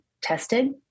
tested